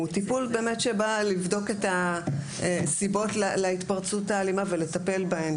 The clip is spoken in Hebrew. הוא טיפול שבאמת בא לבדוק את הסיבות להתפרצות האלימה ולטפל בהם,